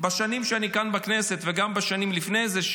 בשנים שאני כאן בכנסת וגם בשנים לפני זה,